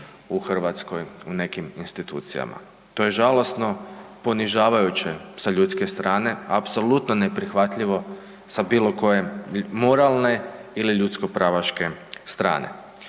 u Hrvatskoj u nekim institucijama. To je žalosno, ponižavajuće sa ljudske strane apsolutno neprihvatljivo sa bilo koje moralne ili ljudskopravaške strane.